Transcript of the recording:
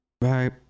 Bye